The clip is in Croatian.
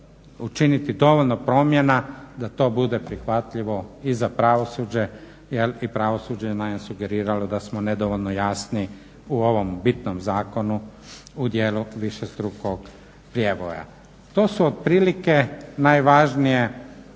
učiniti dovoljno promjena da to bude prihvatljivo i za pravosuđe jer i pravosuđe nam je sugeriralo da smo nedovoljno jasni u ovom bitnom zakonu u dijelu višestrukog prijeboja. To su otprilike najvažnije